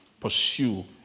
pursue